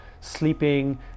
sleeping